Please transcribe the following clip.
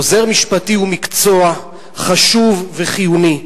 עוזר משפטי הוא מקצוע חשוב וחיוני.